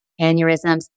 aneurysms